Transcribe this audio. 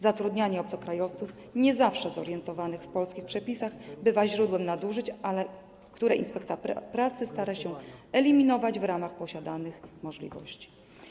Zatrudnianie obcokrajowców, nie zawsze zorientowanych w polskich przepisach, bywa źródłem nadużyć, które inspektor pracy stara się eliminować, w ramach posiadanych możliwości.